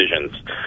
decisions